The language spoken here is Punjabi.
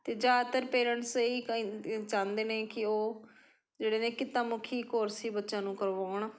ਅਤੇ ਜ਼ਿਆਦਾਤਰ ਪੇਰੇਂਟਸ ਇਹੀ ਕਈਂਦ ਚਾਹੁੰਦੇ ਨੇ ਕਿ ਉਹ ਜਿਹੜੇ ਨੇ ਕਿੱਤਾਮੁਖੀ ਕੋਰਸ ਹੀ ਬੱਚਿਆਂ ਨੂੰ ਕਰਵਾਉਣ